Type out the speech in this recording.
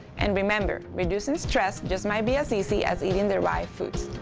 and remember, reducing stress just might be as easy as eating the right foods.